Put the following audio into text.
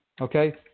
okay